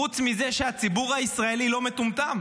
חוץ מזה שהציבור הישראלי לא מטומטם.